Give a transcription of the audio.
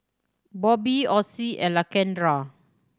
Bobbie Ossie and Lakendra